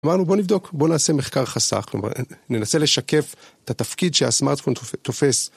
אמרנו בוא נבדוק, בוא נעשה מחקר חסך, ננסה לשקף את התפקיד שהסמארטפון תופס